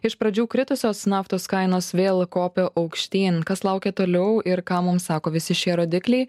iš pradžių kritusios naftos kainos vėl kopia aukštyn kas laukė toliau ir ką mums sako visi šie rodikliai